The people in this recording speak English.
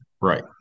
Right